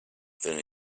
then